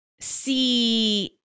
see